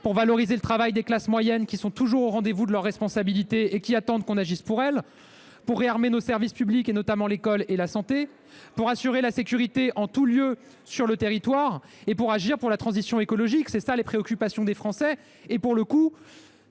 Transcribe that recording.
pour valoriser le travail des classes moyennes, qui sont toujours au rendez vous de leurs responsabilités et qui attendent que l’on agisse pour elles, pour réarmer nos services publics, notamment l’école et la santé pour assurer la sécurité en tout lieu sur le territoire et pour agir en faveur de la transition écologique. Voilà les préoccupations des Français ! Je peux